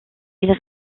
ils